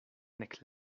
nek